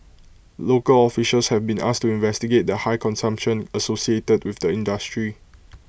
local officials have been asked to investigate the high consumption associated with the industry